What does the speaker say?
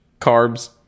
carbs